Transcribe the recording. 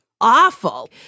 awful